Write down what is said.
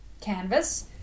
canvas